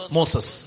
Moses